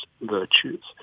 virtues